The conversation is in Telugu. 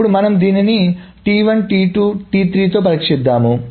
ఇప్పుడు మనము దీనిని తో పరీక్షిద్ధాము